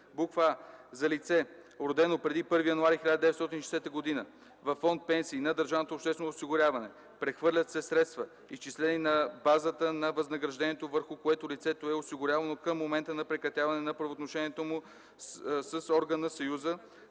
а) за лице, родено преди 1 януари 1960 г. – във фонд „Пенсии” на държавното обществено осигуряване; прехвърлят се средства, изчислени на базата на възнаграждението, върху което лицето е осигурявано към момента на прекратяване на правоотношението му с орган на Съюза,